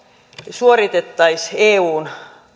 suoritettaisiin eun